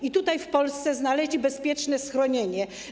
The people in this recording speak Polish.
I tutaj, w Polsce, znaleźli bezpieczne schronienie.